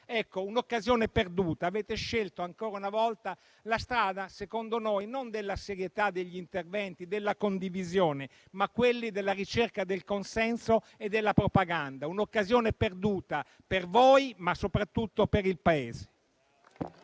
Ecco, un'occasione perduta. Avete scelto ancora una volta la strada non della serietà degli interventi, della condivisione, ma quella della ricerca del consenso e della propaganda. Un'occasione perduta per voi, ma soprattutto per il Paese.